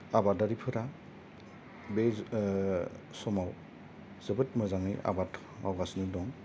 आबादारिफोरा बे समाव जोबोद मोजाङै आबाद मावगासिनो दं